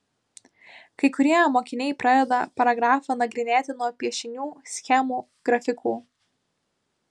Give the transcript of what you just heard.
kai kurie mokiniai pradeda paragrafą nagrinėti nuo piešinių schemų grafikų